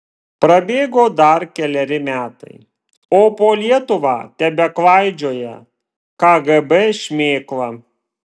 prabėgo dar keleri metai o po lietuvą tebeklaidžioja kgb šmėkla